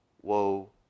whoa